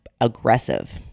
aggressive